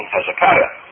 Hezekiah